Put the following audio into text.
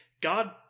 God